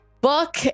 book